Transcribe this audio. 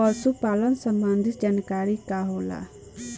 पशु पालन संबंधी जानकारी का होला?